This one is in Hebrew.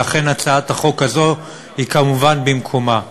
ולכן הצעת החוק הזאת היא כמובן במקומה.